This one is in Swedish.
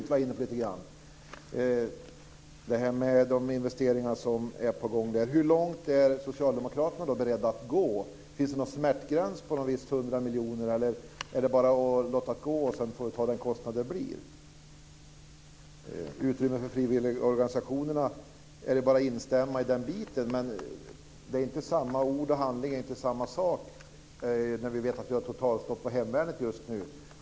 Jag var inne lite grann på Swedint och de investeringar som är på gång där. Hur långt är Socialdemokraterna beredda att gå? Finns det någon smärtgräns på ett visst belopp? Eller är det bara att låta det gå, och sedan får vi ta den kostnad det blir? Det är bara att instämma i detta med frivilligorganisationerna. Men ord och handling är inte samma sak när vi vet att det är totalstopp för hemvärnet just nu.